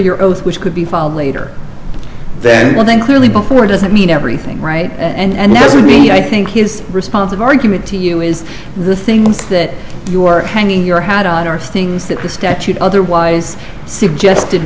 your oath which could be filed later then well then clearly before doesn't mean everything right and this would mean i think his response of argument to you is the things that you are hanging your hat on are things that the statute otherwise suggested